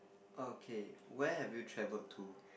okay where have you traveled to